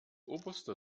oberster